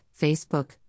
Facebook